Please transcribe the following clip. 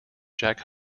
jack